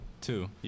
Two